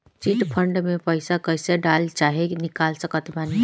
Chit fund मे पईसा कईसे डाल चाहे निकाल सकत बानी?